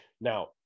Now